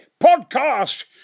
Podcast